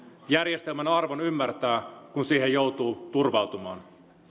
järjestelmän arvon ymmärtää kun siihen joutuu turvautumaan